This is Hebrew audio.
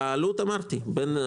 אמרתי את העלות.